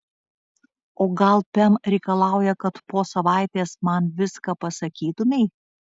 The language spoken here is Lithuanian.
o gal pem reikalauja kad po savaitės man viską pasakytumei